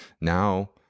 now